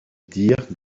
dire